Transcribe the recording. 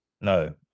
no